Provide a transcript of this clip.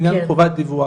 עניין חובת דיווח,